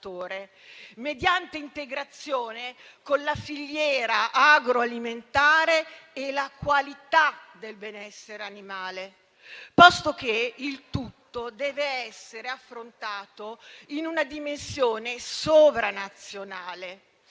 mediante integrazione con la filiera agroalimentare e la qualità del benessere animale, posto che il tutto deve essere affrontato in una dimensione sovranazionale,